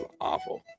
awful